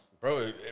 Bro